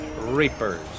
Reapers